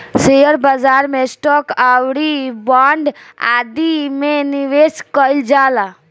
share बाजार में stock आउरी बांड आदि में निबेश कईल जाला